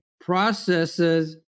processes